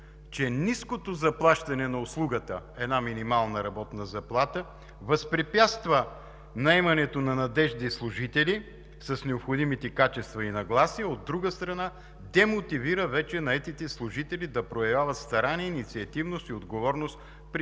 че ниското заплащане на услугата – една минимална работна заплата, възпрепятства наемането на надеждни служители с необходимите качества и нагласи. От друга страна, демотивира вече наетите служители да проявяват старание, инициативност и отговорност при